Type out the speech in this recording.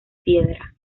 piedra